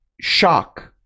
shock